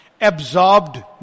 Absorbed